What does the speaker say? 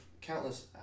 countless